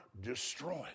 destroyed